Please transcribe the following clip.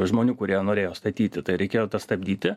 žmonių kurie norėjo statyti tai reikėjo stabdyti